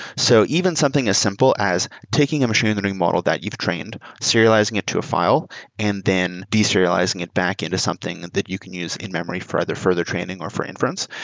so even something as simple as taking a machine learning model that you've trained, serializing it to a file and then de-serializing it back into something that you can use in memory for either further training or for inference,